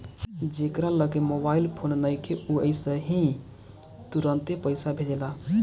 जेकरा लगे mobile phone नइखे उ अइसे ही तुरंते पईसा भेजेला